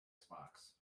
xbox